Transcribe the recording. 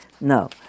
No